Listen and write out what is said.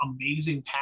amazing